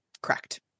Correct